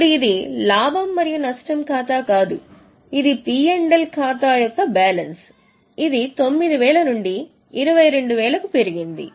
ఇప్పుడు ఇది లాభం మరియు నష్టం ఖాతా కాదు ఇది P L ఖాతా యొక్క బ్యాలెన్స్ ఇది 9000 నుండి 2200 కు పెరిగింది